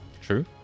True